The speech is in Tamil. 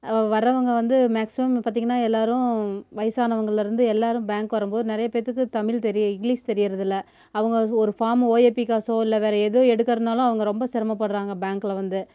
வரவங்க வந்து மேக்ஸிமம் இப்போ பார்த்தீங்கன்னா எல்லோரும் வயசாவங்கள்லேருந்து எல்லோரும் பேங்க் வரும்போது நிறைய பேத்துக்கு தமிழ் தெரியும் இங்லீஷ் தெரியிறதில்ல அவங்க ஒரு ஃபாமு ஓஏபி காசு இல்லை வேறு எது எடுக்கிறனாலும் அவங்க ரொம்ப சிரமப்படுறாங்க பேங்கில் வந்து